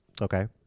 Okay